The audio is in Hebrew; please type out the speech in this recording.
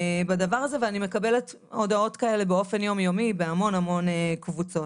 ואני מקבלת הודעות כאלה באופן יום יומי בהמון המון קבוצות.